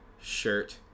shirt